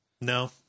No